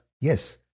Yes